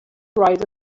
write